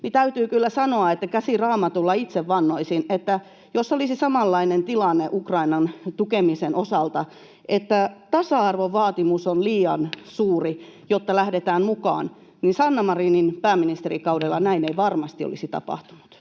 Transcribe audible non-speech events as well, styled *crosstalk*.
niin täytyy kyllä sanoa, että käsi Raamatulla itse vannoisin, että jos olisi samanlainen tilanne Ukrainan tukemisen osalta, että tasa-arvovaatimus on liian suuri, *noise* jotta lähdetään mukaan, niin Sanna Marinin pääministerikaudella näin ei varmasti olisi tapahtunut.